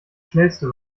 schnellste